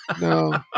No